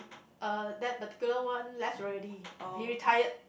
uh that particular one left already he retired